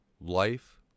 life